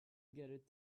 get